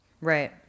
Right